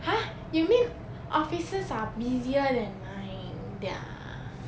!huh! you mean officers are busier than like their their